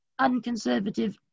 unconservative